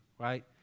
right